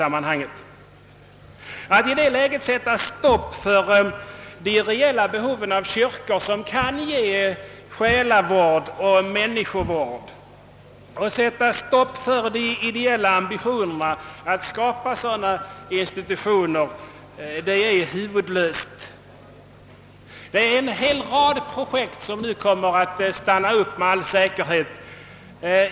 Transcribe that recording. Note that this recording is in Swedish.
Att i detta läge sätta stopp för reella behov av kyrkor som kan ge själavård och människovård liksom också att stoppa upp ideella ambitioner att skapa sådana institutioner är huvudlöst. En hel rad projekt kommer nu med all säkerhet att hindras.